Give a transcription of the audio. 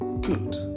good